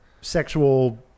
sexual